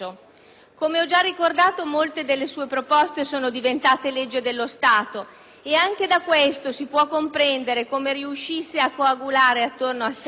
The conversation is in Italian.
Come ho già ricordato, molte delle sue proposte sono diventate legge dello Stato e anche da questo si può comprendere come riuscisse a coagulare attorno a sé